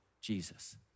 Jesus